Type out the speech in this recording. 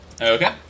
Okay